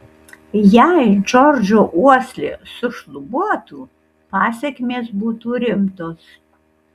jei džordžo uoslė sušlubuotų pasekmės būtų rimtos